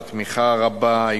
על התמיכה הרבה,